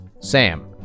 Sam